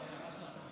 אם כך,